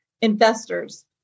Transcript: investors